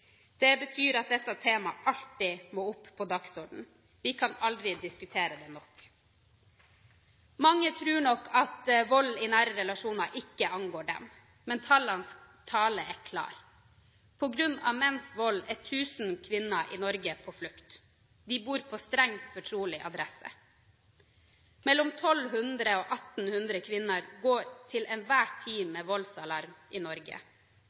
Det betyr at dette temaet alltid må opp på dagsordenen. Vi kan aldri diskutere det nok. Mange tror nok at vold i nære relasjoner ikke angår dem. Men tallenes tale er klar: På grunn av menns vold er 1 000 kvinner i Norge på flukt. De bor på strengt fortrolig adresse. Mellom 1 200 og 1 800 kvinner går til enhver tid med voldsalarm i Norge.